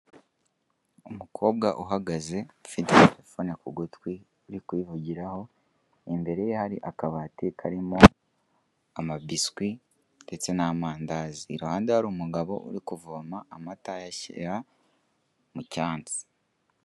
Umukobwa uhagaze ufite telefone ku gutwi uri kuyivugiraho, imbere ye hari akabati karimo amabiswi ndetse n'amandazi. Iruhande hari umugabo uri kuvoma amata ayashyira mu cyansi.